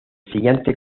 siguiente